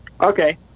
Okay